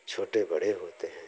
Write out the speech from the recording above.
छोटे बड़े होते हैं